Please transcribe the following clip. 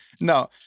No